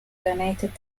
donated